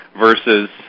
versus